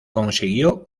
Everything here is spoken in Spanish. consiguió